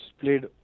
played